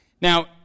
now